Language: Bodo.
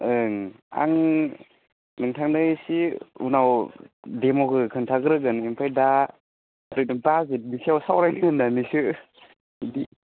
ओं आं नोंथांनो इसे उनाव डेम'खो खोनथाग्रोगोन ओमफ्राय दा बाजेटनि सायाव सावरायग्रोनानैसो बिदि